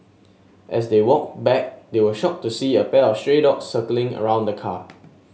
as they walked back they were shocked to see a pack of stray dogs circling around the car